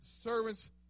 servants